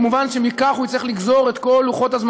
מובן שמכך הוא יצטרך לגזור את כל לוחות-הזמנים,